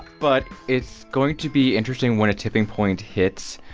but it's going to be interesting when a tipping point hits.